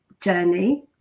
journey